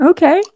Okay